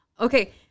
Okay